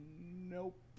Nope